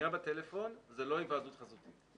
שמיעה בטלפון זו לא היוועדות חזותית,